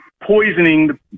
poisoning